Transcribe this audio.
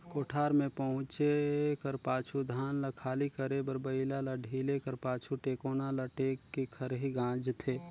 कोठार मे पहुचे कर पाछू धान ल खाली करे बर बइला ल ढिले कर पाछु, टेकोना ल टेक के खरही गाजथे